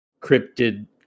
cryptid